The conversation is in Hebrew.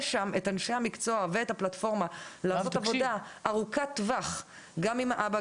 יש שם את אנשי המקצוע ואת הפלטפורמה לעשות עבודה ארוכת טווח עם האב,